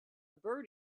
bird